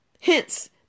Hence